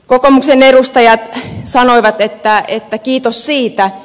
kokoomuksen edustajat sanoivat että kiitos siitä